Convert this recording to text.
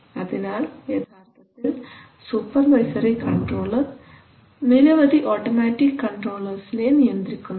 അതിനാൽ യഥാർത്ഥത്തിൽ supervisory controller നിരവധി ഓട്ടമാറ്റിക് കൺട്രോളർസിനെ നിയന്ത്രിക്കുന്നുണ്ട്